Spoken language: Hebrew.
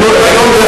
היום,